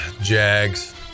Jags